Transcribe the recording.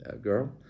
girl